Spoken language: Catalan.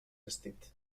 vestit